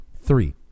three